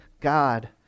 God